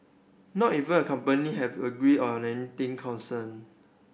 not even company have agreed on anything concern